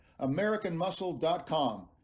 AmericanMuscle.com